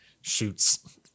shoots